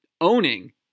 owning